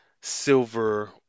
silver